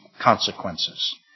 consequences